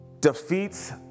defeats